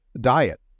Diet